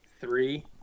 three